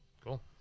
Cool